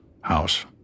house